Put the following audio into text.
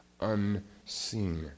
unseen